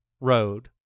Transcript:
road